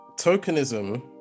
tokenism